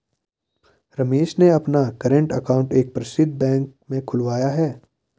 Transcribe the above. रमेश ने अपना current account एक प्रसिद्ध बैंक में खुलवाया है